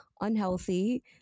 unhealthy